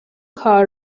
کار